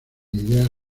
ideas